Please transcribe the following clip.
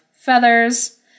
Feathers